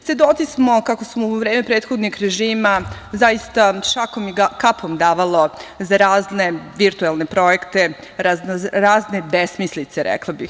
Svedoci smo kako se u vreme prethodnog režima zaista šakom i kapom davalo za razne virtuelne projekte, razne besmislice, rekla bih.